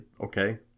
okay